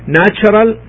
natural